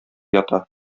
ята